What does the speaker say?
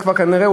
כנראה,